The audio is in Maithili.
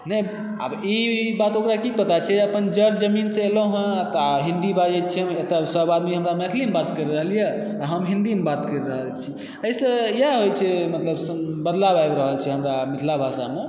नहि अब ई बात ओकरा की पता छै की अपन जऽड़ जमीनसँ एलौहऽ तऽ हिन्दी बाजै छी हम एतए सब आदमी हमरा मैथिलिमे बात करि रहल यऽ आ हम हिन्दीमे बात करि रहल छी एहिसँ इएह होइत छै मतलब बदलाव आबि रहल छै हमरा मिथिला भाषामे